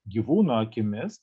gyvūno akimis